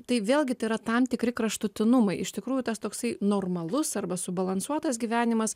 tai vėlgi tai yra tam tikri kraštutinumai iš tikrųjų tas toksai normalus arba subalansuotas gyvenimas